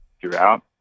throughout